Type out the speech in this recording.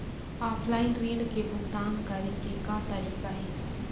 Offline ऋण के भुगतान करे के का तरीका हे?